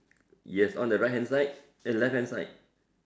yes on the right hand side eh left hand side